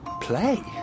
Play